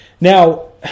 now